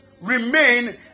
remain